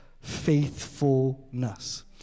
faithfulness